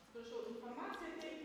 atsiprašau informaciją teikti